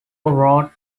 wrote